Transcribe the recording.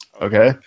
Okay